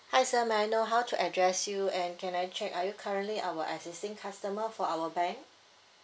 hi sir may I know how to address you and can I check are you currently our assisting customer for our bank